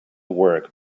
work